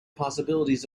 possibilities